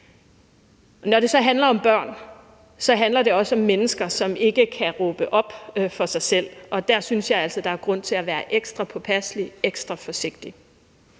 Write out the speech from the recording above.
Når det så handler om børn, handler det også om mennesker, som ikke selv kan råbe op, og dér synes jeg altså at der er grund til at være ekstra påpasselig og ekstra forsigtig.